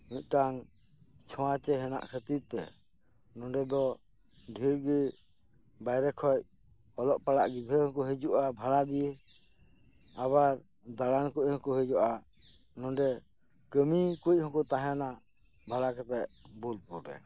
ᱢᱤᱫᱴᱟᱝ ᱪᱷᱳᱸᱣᱟᱪᱮ ᱦᱮᱱᱟᱜ ᱠᱷᱟᱛᱤᱨ ᱛᱮ ᱱᱚᱸᱰᱮ ᱫᱚ ᱫᱷᱮᱨ ᱜᱮ ᱵᱟᱭᱨᱮ ᱠᱷᱚᱱ ᱚᱞᱚᱜ ᱯᱟᱲᱦᱟᱜ ᱜᱤᱫᱟᱹᱨ ᱦᱚᱸᱠᱚ ᱦᱤᱡᱩᱜᱼᱟ ᱵᱷᱟᱲᱟ ᱫᱤᱭᱮ ᱟᱵᱟᱨ ᱫᱟᱲᱟᱱ ᱠᱷᱚᱱ ᱦᱚᱸᱠᱚ ᱦᱤᱡᱩᱜᱼᱟ ᱱᱚᱸᱰᱮ ᱠᱟᱢᱤ ᱠᱷᱚᱱ ᱦᱚᱸᱠᱚ ᱛᱟᱦᱮᱱᱟ ᱵᱷᱟᱲᱟ ᱠᱟᱛᱮᱫ ᱵᱳᱞᱯᱩᱨ ᱨᱮ